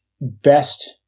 best